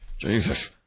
Jesus